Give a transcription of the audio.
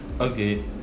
okay